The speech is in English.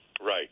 Right